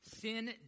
Sin